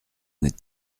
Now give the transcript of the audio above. n’êtes